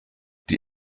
die